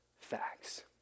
facts